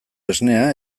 esnea